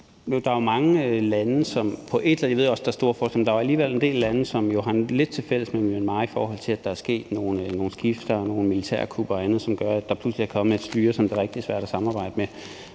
en del lande, som jo har lidt til fælles med Myanmar, i forhold til at der er sket nogle skift og nogle militærkup og andet, som gør, at der pludselig er kommet et styre, som det er rigtig svært at samarbejde med.